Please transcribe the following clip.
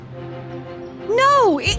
No